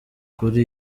kuri